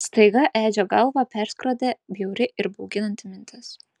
staiga edžio galvą perskrodė bjauri ir bauginanti mintis